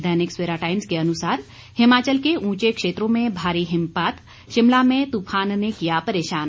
दैनिक सवेरा टाइम्स के अनुसार हिमाचल के ऊंचे क्षेत्रों में भारी हिमपात शिमला में तूफान ने किया परेशान